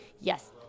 yes